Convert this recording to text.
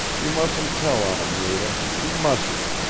you mustn't tell on him, nada you mustn't!